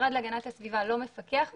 המשרד להגנת הסביבה לא מפקח מספיק,